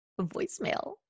voicemail